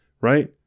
right